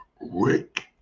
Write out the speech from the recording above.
rick